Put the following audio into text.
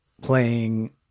playing